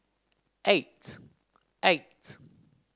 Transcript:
eight eight